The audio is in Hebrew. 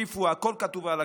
שיוסיפו, הכול כתוב על הקרח.